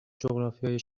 جغرافیای